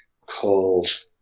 called